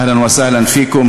אהלן וסהלן פיכום.